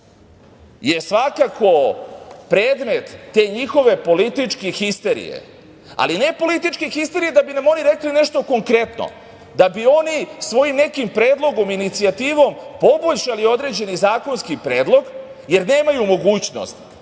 je svakako predmet te njihove političke histerije, ali ne političke histerije da bi nam oni rekli nešto konkretno, da oni svojim nekim predlogom, inicijativom poboljšali određeni zakonski predlog, jer nemaju mogućnost